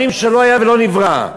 לא היה ולא נברא.